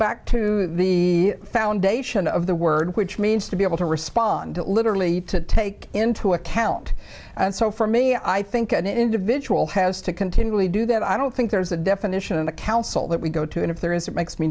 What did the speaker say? back to the foundation of the word which means to be able to respond to literally to take into account and so for me i think an individual has to continually do that i don't think there's a definition in the council that we go to and if there is it makes me